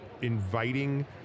inviting